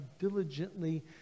diligently